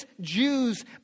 Jews